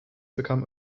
become